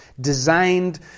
designed